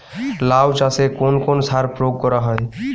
লাউ চাষে কোন কোন সার প্রয়োগ করা হয়?